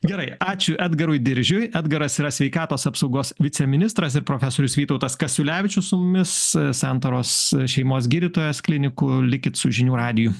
gerai ačiū edgarui diržiui edgaras yra sveikatos apsaugos viceministras ir profesorius vytautas kasiulevičius su mumis santaros šeimos gydytojas klinikų likit su žinių radiju